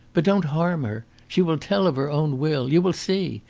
but don't harm her. she will tell of her own will. you will see.